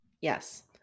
Yes